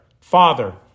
father